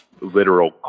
literal